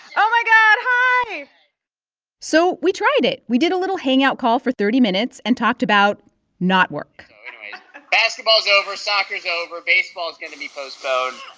oh, my god. hi hi so we tried it. we did a little hangout call for thirty minutes and talked about not work basketball's over. soccer's over. baseball going to be postponed